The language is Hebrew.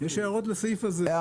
יש לנו התייחסות עוד לסעיף הזה גם.